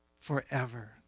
forever